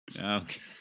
Okay